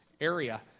area